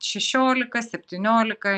šešiolika septyniolika